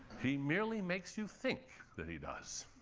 he merely makes you think that he does.